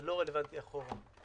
זה לא רלוונטי אחורה.